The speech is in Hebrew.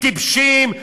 טיפשים?